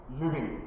living